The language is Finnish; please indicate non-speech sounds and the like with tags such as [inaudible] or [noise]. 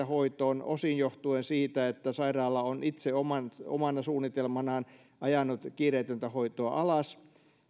[unintelligible] hoitoon osin johtuen siitä että sairaala on itse omana omana suunnitelmanaan ajanut kiireetöntä hoitoa alas